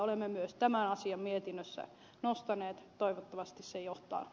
olemme myös tämän asian mietinnössä nostaneet esiin